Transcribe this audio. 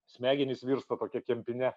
smegenys virsta tokia kempine